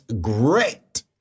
great